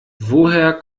woher